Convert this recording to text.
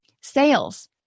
Sales